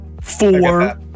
Four